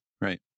Right